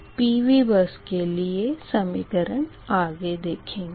PV bus के लिए समीकरण आगे देखेंगे